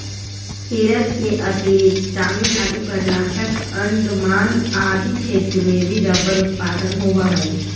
केरल के अतिरिक्त तमिलनाडु, कर्नाटक, अण्डमान आदि क्षेत्र में भी रबर उत्पादन होवऽ हइ